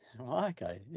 Okay